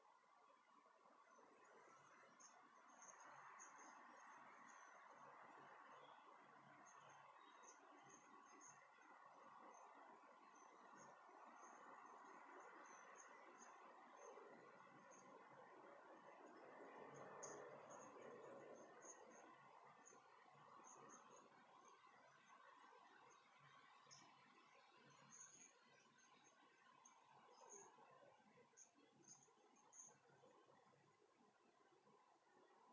err her okay uh uh uh